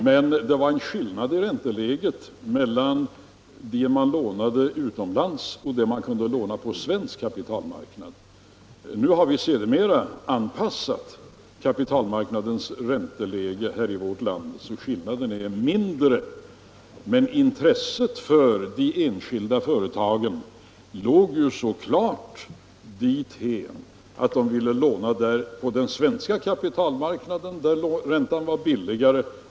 Men det var en skillnad i ränteläget mellan det man lånade utomlands och det man kunde låna på den svenska kapitalmarknaden. Sedermera har vi anpassat kapitalmarknadens ränteläge i vårt land, så att skillnaden nu är mindre. Men intresset hos de enskilda företagen gick ju så klart dithän att de ville låna på den svenska kapitalmarknaden, där räntan var lägre.